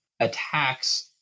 attacks